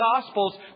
Gospels